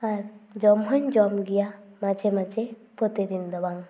ᱟᱨ ᱡᱚᱢ ᱦᱚᱧ ᱡᱚᱢ ᱜᱮᱭᱟ ᱢᱟᱡᱷᱮ ᱢᱟᱡᱷᱮ ᱯᱨᱚᱛᱤᱫᱤᱱ ᱫᱚ ᱵᱟᱝ